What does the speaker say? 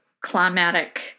climatic